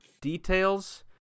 details